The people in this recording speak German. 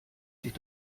sich